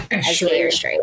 straight